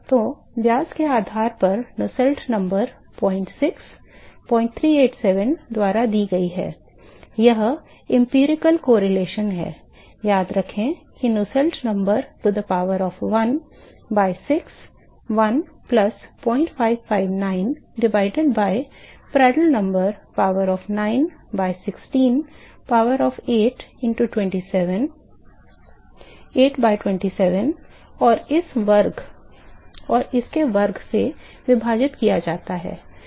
तो व्यास के आधार पर नुसेल्ट संख्या 06 0387 द्वारा दी गई है यह अनुभवजन्य सहसंबंध है याद रखें कि Rayleigh number to the power of 1 by 6 1 plus 0559 divided by Prandtl number power of 9 by 16 power of 8 by 27 और इस के वर्ग से विभाजित किया जाता है